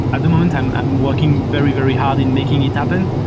at the moment, i'm i'm working very, very hard in making it happen.